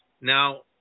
Now